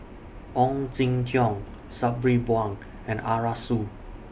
Ong Jin Teong Sabri Buang and Arasu